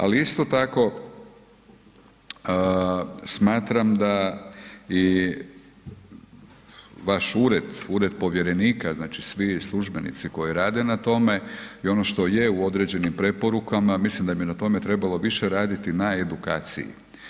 Ali isto tako smatram da, vaš ured, ured povjerenika, znači svi službenici koji rade na tome i ono što je u određenim preporukama, mislim da bi na tome trebalo više raditi na edukaciji.